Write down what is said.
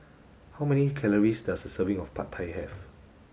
how many calories does a serving of Pad Thai have